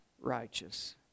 righteous